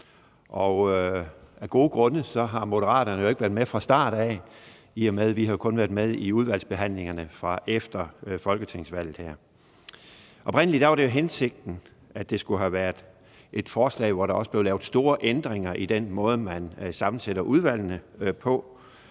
og af gode grunde har Moderaterne jo ikke været med fra starten, i og med at vi kun har været med i udvalgsbehandlingerne fra efter folketingsvalget. Oprindelig var det jo hensigten, at det skulle have været et forslag, hvor der også blev lavet store ændringer i den måde, man sammensætter udvalgene på,